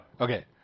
Okay